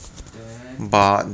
then